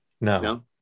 No